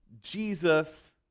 Jesus